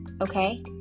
okay